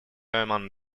among